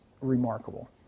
remarkable